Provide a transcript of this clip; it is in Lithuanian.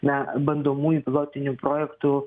na bandomųjų pilotinių projektų